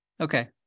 Okay